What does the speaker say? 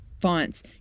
fonts